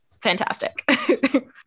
fantastic